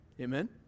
Amen